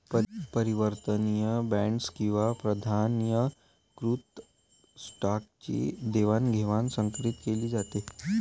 परिवर्तनीय बॉण्ड्स किंवा प्राधान्यकृत स्टॉकची देवाणघेवाण संकरीत केली जाते